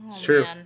True